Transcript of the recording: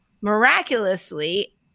miraculously